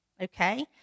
okay